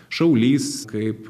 šaulys kaip